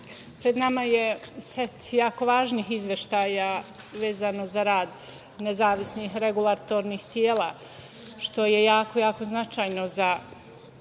pred nama je set jako važnih izveštaja vezano za rad nezavisnih regulatornih tela, što je jako značajno za